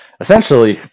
essentially